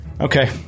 Okay